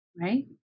right